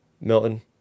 Milton